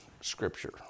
scripture